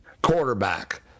Quarterback